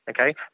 okay